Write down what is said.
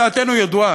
דעתנו ידועה,